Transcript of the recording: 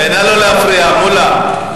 נא לא להפריע, מולה.